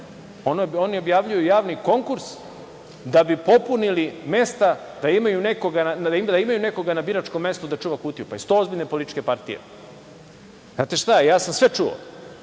Oni objavljuju javni konkurs da bi popunili mesta da imaju nekoga na biračkom mestu da čuva kutiju, pa zar su to ozbiljne političke partije? Znate šta, ja sam sve čuo,